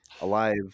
alive